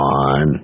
on